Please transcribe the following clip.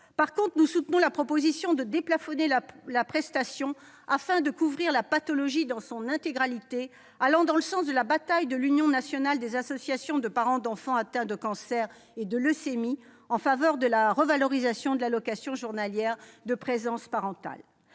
revanche, nous soutenons la proposition de déplafonner la prestation afin de couvrir la pathologie dans son intégralité, ce qui va dans le sens de la bataille de l'Union nationale des associations de parents d'enfants atteints de cancer ou de leucémie en faveur de la revalorisation de l'allocation journalière de présence parentale.